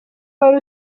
wari